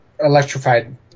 electrified